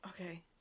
Okay